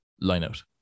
line-out